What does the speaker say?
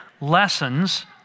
lessons